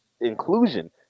inclusion